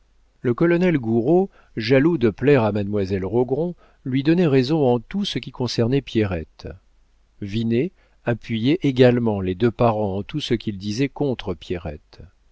le colonel gouraud jaloux de plaire à mademoiselle rogron lui donnait raison en tout ce qui concernait pierrette vinet appuyait également les deux parents en tout ce qu'ils disaient